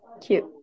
Cute